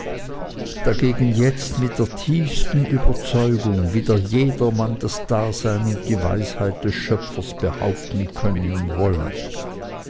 dagegen jetzt mit der tiefsten überzeugung wider jedermann das dasein und die weisheit des schöpfers behaupten könne und wolle